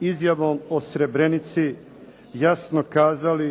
izjavom o Srebrenici jasno kazali